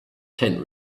tent